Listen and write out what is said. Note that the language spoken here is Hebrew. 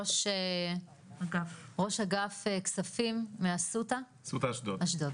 ראש אגף כספים מאסותא אשדוד.